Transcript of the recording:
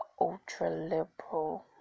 ultra-liberal